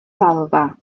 ddalfa